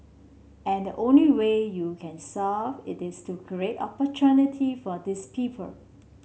and the only way you can solve it is to create opportunity for these people